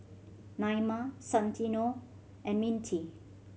Naima Santino and Mintie